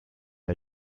are